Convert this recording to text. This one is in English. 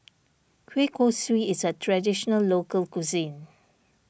Kueh Kosui is a Traditional Local Cuisine